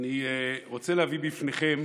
אני רוצה להביא בפניכם